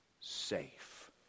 safe